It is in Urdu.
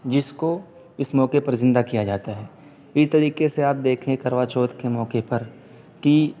جس کو اس موقعے پر زندہ کیا جاتا ہے اسی طریقے سے آپ دیکھیں کروا چوتھ کے موقعے پر کہ